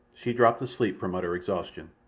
she dropped asleep from utter exhaustion.